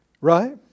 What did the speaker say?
right